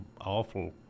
awful